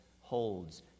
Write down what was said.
holds